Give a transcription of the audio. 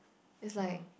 is like